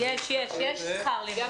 יש שכר לימוד.